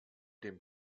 dem